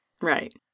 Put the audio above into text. Right